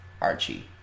Archie